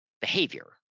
behavior